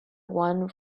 one